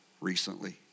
recently